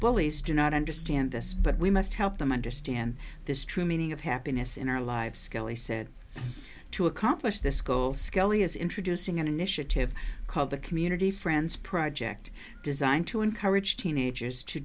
bullies do not understand this but we must help them understand this true meaning of happiness in our lives kelly said to accomplish this goal scully is introducing an initiative called the community friends project designed to encourage teenagers to